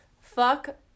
fuck